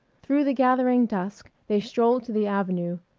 through the gathering dusk they strolled to the avenue,